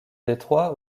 détroit